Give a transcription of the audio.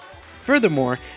Furthermore